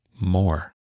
More